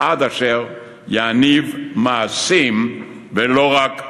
עד אשר יניב מעשים ולא רק דיבורים.